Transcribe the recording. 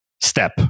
step